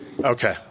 Okay